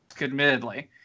admittedly